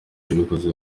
yabikoze